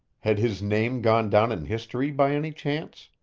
had his name gone down in history by any chance?